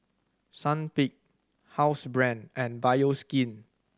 Sunquick Housebrand and Bioskin